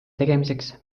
tegemiseks